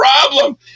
problem